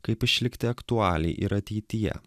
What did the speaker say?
kaip išlikti aktualiai ir ateityje